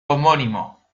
homónimo